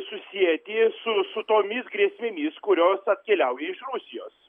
susieti su su tomis grėsmėmis kurios atkeliauja iš rusijos